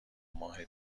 ماه